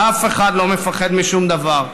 ואף אחד לא מפחד משום דבר.